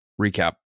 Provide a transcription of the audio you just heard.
recap